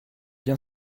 bien